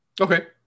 Okay